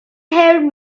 haired